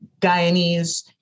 Guyanese